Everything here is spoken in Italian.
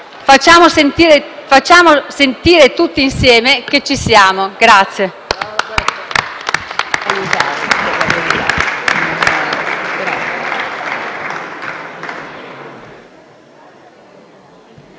Facciamo sentire tutti insieme che ci siamo.